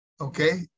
Okay